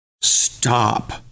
stop